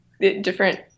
different